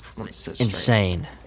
insane